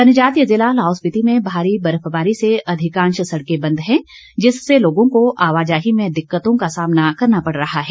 जनजातीय जिला लाहौल स्पीति में भारी बर्फबारी से अधिकांश सड़कें बंद हैं जिससे लोगों को आवाजाही में दिक्कतों का सामना करना पड़ रहा है